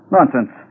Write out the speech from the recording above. Nonsense